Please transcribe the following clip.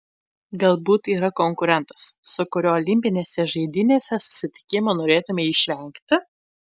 galbūt yra konkurentas su kuriuo olimpinėse žaidynėse susitikimo norėtumei išvengti